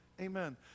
amen